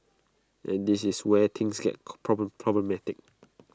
and this is where things get problem problematic